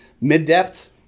Mid-depth